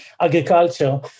agriculture